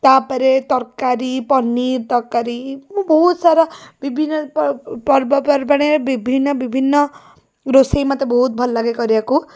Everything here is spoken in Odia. ତା'ପରେ ତରକାରୀ ପନିର୍ ତରକାରୀ ମୁଁ ବହୁତସାରା ବିଭିନ୍ନ ପର୍ବପର୍ବାଣିରେ ବିଭିନ୍ନ ବିଭିନ୍ନ ରୋଷେଇ ମୋତେ ବହୁତ ଭଲଲାଗେ କରିବାକୁ